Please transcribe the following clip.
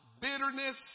bitterness